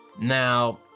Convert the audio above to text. Now